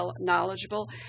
knowledgeable